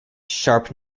sharpe